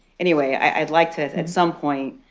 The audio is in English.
anyway, i'd like to, at some point,